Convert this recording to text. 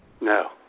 No